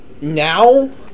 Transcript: Now